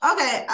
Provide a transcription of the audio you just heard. Okay